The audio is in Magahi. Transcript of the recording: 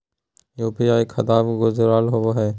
यू.पी.आई खतबा से जुरल होवे हय?